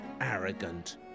arrogant